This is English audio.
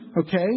Okay